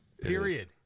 Period